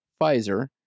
Pfizer